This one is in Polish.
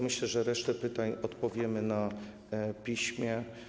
Myślę, że na resztę pytań odpowiemy na piśmie.